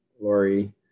Lori